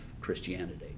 Christianity